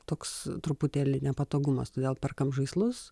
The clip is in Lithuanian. toks truputėlį nepatogumas todėl perkam žaislus